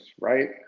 right